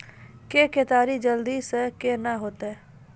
के केताड़ी जल्दी से के ना होते?